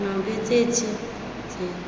अपना बेचै छै से